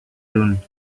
tune